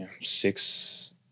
six